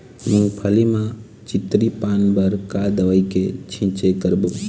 मूंगफली म चितरी पान बर का दवई के छींचे करबो?